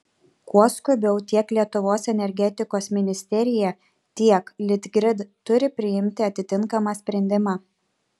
kuo skubiau tiek lietuvos energetikos ministerija tiek litgrid turi priimti atitinkamą sprendimą